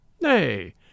Nay